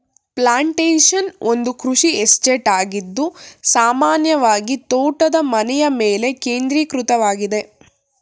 plantation ಒಂದು ಕೃಷಿ estate ಆಗಿದ್ದು ಸಾಮಾನ್ಯವಾಗಿತೋಟದ ಮನೆಯಮೇಲೆ ಕೇಂದ್ರೀಕೃತವಾಗಿದೆ